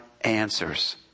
answers